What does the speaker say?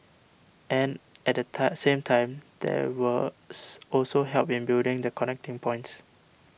and at the same time there was also help in building the connecting points